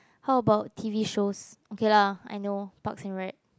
how about t_v shows okay lah I know parks and rec